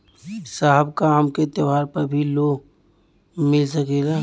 साहब का हमके त्योहार पर भी लों मिल सकेला?